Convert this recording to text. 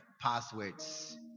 passwords